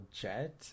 jet